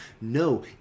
No